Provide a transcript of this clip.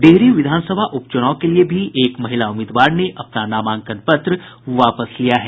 डिहरी विधानसभा उपचुनाव के लिये भी एक महिला उम्मीदवार ने अपना नामांकन पत्र वापस लिया है